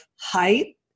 height